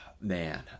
man